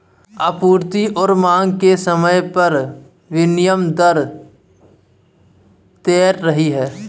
आपूर्ति और मांग के समय एक विनिमय दर तैर रही है